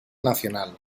nacional